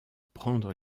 prendre